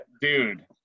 Dude